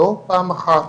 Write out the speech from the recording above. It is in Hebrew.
לא פעם אחת